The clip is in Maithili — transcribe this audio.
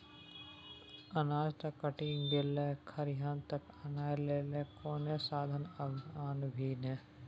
अनाज त कटि गेलै खरिहान तक आनय लेल कोनो साधन आनभी ने